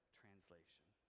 translation